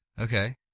okay